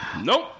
nope